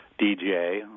DJ